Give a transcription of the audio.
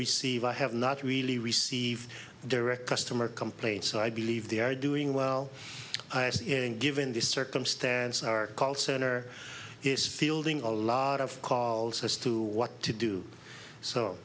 receive i have not really receive direct customer complaints so i believe they are doing well and given the circumstance our call center is fielding a lot of calls as to what to do so